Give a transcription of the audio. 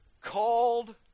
called